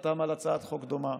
חתם על הצעת חוק דומה.